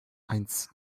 eins